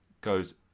goes